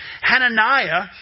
Hananiah